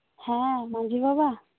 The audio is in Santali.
ᱦᱮᱸ ᱢᱟᱡᱷᱤ ᱵᱟᱵᱟ